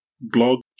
blog